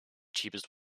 cheapest